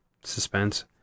suspense